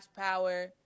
power